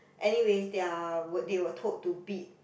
anyways their they were told to bid